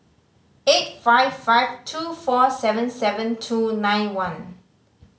eight five five two four seven seven two nine one